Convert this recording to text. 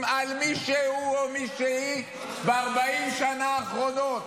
על מישהו או מישהי ב-40 השנה האחרונות,